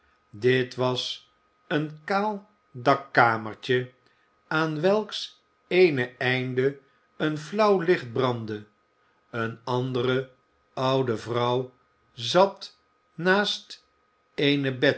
dit was een kaal dakkamertje aan welks eene einde een flauw licht brandde eene andere oude vrouw zat naast eene